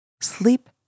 Sleep